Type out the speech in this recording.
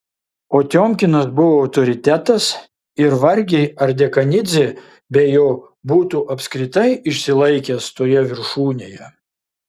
o tiomkinas buvo autoritetas ir vargiai ar dekanidzė be jo būtų apskritai išsilaikęs toje viršūnėje